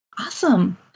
Awesome